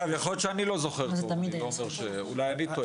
אגב, יכול להיות שאני זה שלא זוכר, אולי אני טועה.